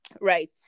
right